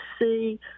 see